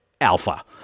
Alpha